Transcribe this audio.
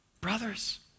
Brothers